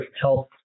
Health